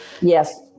Yes